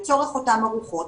לצורך אותן ארוחות,